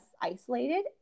isolated